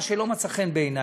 מה שלא מצא חן בעיני,